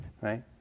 Right